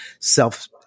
self